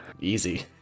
Easy